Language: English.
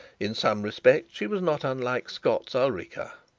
in some respects she was not unlike scott's ulrica,